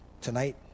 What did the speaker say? Tonight